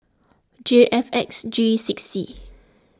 J F X G six C